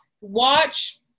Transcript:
watch